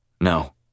No